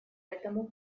этому